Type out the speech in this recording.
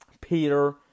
Peter